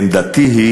עמדתי היא